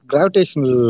Gravitational